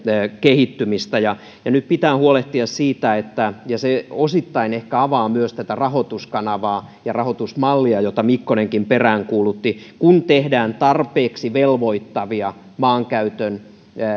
kehittymistä ja ja nyt pitää huolehtia siitä ja se ehkä osittain avaa myös tätä rahoituskanavaa ja rahoitusmallia jota mikkonenkin peräänkuulutti että tehdään tarpeeksi velvoittavia